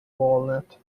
walnut